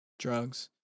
drugs